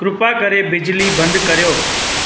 कृपा करे बिजली बंदि करियो